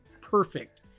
perfect